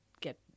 get